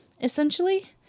essentially